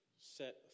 set